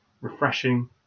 refreshing